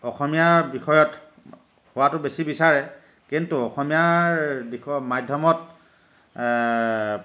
অসমীয়া বিষয়ত হোৱাটো বেছি বিচাৰে কিন্তু অসমীয়াৰ মাধ্যমত